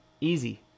Easy